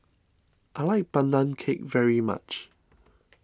I like Pandan Cake very much